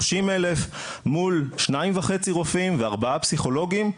30,000 מול שניים וחצי רופאים וארבעה פסיכולוגים,